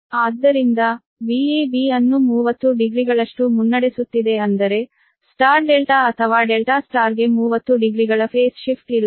ಆದ್ದರಿಂದ VAB VAB ಅನ್ನು 30 ಡಿಗ್ರಿಗಳಷ್ಟು ಮುನ್ನಡೆಸುತ್ತಿದೆ ಅಂದರೆ ಸ್ಟಾರ್ ಡೆಲ್ಟಾ ಅಥವಾ ಡೆಲ್ಟಾ ಸ್ಟಾರ್ಗೆ 30 ಡಿಗ್ರಿಗಳ ಫೇಸ್ ಶಿಫ್ಟ್ ಇರುತ್ತದೆ